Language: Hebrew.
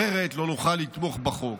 אחרת לא נוכל לתמוך בחוק.